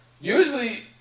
usually